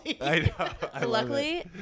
luckily